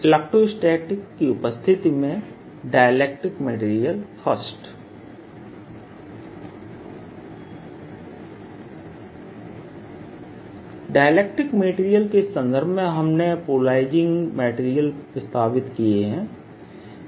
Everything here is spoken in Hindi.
इलेक्ट्रोस्टेटिक की उपस्थिति में dielectric material I dielectric material के संदर्भ में हमने पोलराइजिंग मटेरियल प्रस्तावित किए है